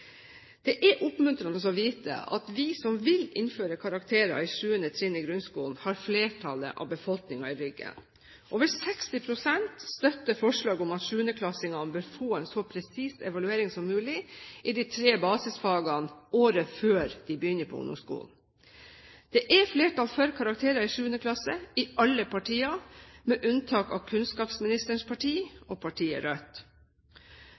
Det er oppmuntrende å vite at vi som vil innføre karakterer på 7. trinn i grunnskolen, har flertallet av befolkningen i ryggen. Over 60 pst. støtter forslaget om at 7.-klassingene bør få en så presis evaluering som mulig i de tre basisfagene året før de begynner på ungdomsskolen. Det er flertall for karakterer i 7. klasse i alle partier med unntak av kunnskapsministerens parti og partiet Rødt.